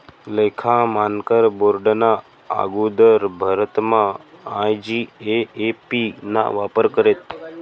लेखा मानकर बोर्डना आगुदर भारतमा आय.जी.ए.ए.पी ना वापर करेत